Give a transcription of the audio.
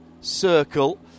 circle